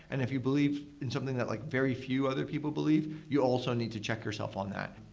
and if you believe in something that like very few other people believe, you also need to check yourself on that.